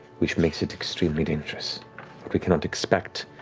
which makes it extremely dangerous. what we cannot expect